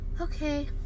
okay